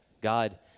God